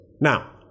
Now